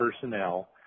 personnel